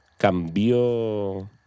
¿Cambió